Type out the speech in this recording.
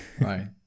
Right